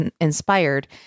inspired